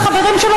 והחברים שלו,